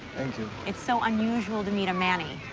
and you. it's so unusual to meet a manny.